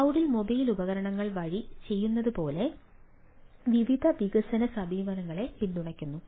ക്ളൌഡിൽ mobile ഉപകരണങ്ങൾ വഴി ചെയ്യുന്നതുപോലെ വിവിധ വികസന സമീപനങ്ങളെ പിന്തുണയ്ക്കുന്നു